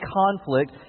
conflict